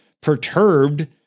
perturbed